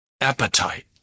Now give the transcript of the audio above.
appetite